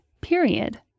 period